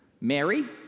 Mary